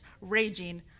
raging